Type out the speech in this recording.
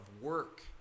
work